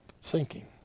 Sinking